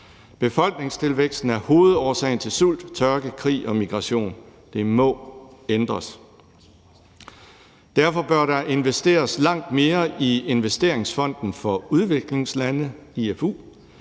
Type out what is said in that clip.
Befolkningstilvæksten er hovedårsagen til sult, tørke, krig og migration. Det må ændres. Derfor bør der investeres langt mere i Investeringsfonden for Udviklingslande (IFU).